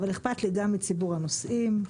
אבל אכפת לי גם מציבור הנוסעים,